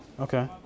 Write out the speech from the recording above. Okay